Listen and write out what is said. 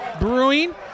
Brewing